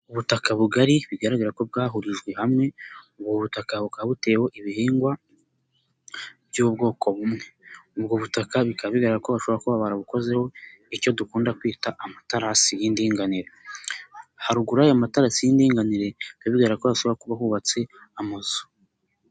Ubutaka bugari bigaragara ko bwahurijwe hamwe, ubu butaka bukaba buteweho ibihingwa by'ubwoko bumwe, ubwo butaka bikaba bigaragara ko bashobora kuba barabukozeho icyo dukunda kwita amatarasi y'indinganire, haruguru y'aya mataraso y'indinganire bigaragara ko hashobora kuba hubatse amazu.